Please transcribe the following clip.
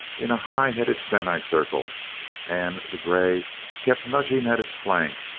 in a high-headed semi-circle and the grey kept nudging at his flank,